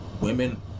women